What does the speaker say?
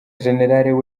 general